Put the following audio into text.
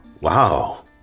wow